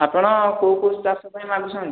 ଆପଣ କୋଉ କୋଉ ଚାଷ ପାଇଁ ମାଗୁଛନ୍ତି